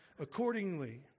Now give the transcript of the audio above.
accordingly